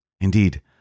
Indeed